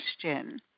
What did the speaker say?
question